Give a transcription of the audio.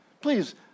Please